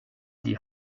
die